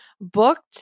booked